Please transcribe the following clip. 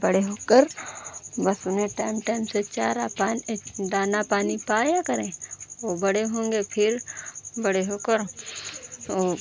बड़े होकर बस उन्हें टाएम टाएम से चारा पा दाना पानी पाया करे वह बड़े होंगे फिर बड़े होकर और